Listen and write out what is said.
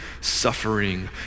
suffering